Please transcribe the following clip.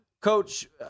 Coach